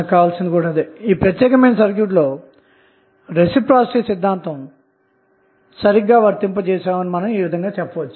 కాబట్టి ఈ ప్రత్యేక సర్క్యూట్లో రెసిప్రొసీటీ సిద్ధాంతం సరిగ్గా వర్తించబడిందని కూడా మనం చెప్పవచ్చు